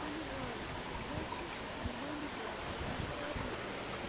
اہَن حظ آ بہٕ حظ چھَس بانٛڈی پورا پٮ۪ٹھ مےٚ چھُ فاطمہ ناو